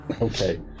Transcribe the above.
Okay